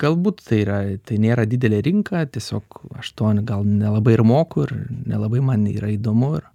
galbūt tai yra tai nėra didelė rinka tiesiog aš to gal nelabai ir moku ir nelabai man yra įdomu ar